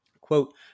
Quote